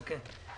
חאלס.